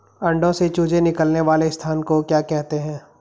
अंडों से चूजे निकलने वाले स्थान को क्या कहते हैं?